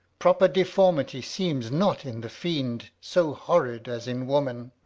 proper deformity seems not in the fiend so horrid as in woman.